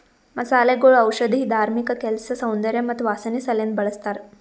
ಮಸಾಲೆಗೊಳ್ ಔಷಧಿ, ಧಾರ್ಮಿಕ ಕೆಲಸ, ಸೌಂದರ್ಯ ಮತ್ತ ವಾಸನೆ ಸಲೆಂದ್ ಬಳ್ಸತಾರ್